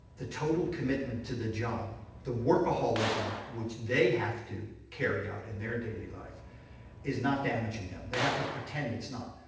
the total commitment to the job, the workaholism which they have to carry out in their daily life is not damaging them, they have to pretend it's not.